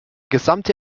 gesamte